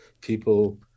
People